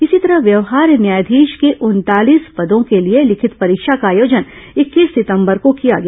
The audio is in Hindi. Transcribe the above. इसी तरह व्यवहार न्यायाधीश के उनतालीस पदों के लिए लिखित परीक्षा का आयोजन इक्कीस सितंबर को किया गया